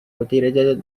autoridad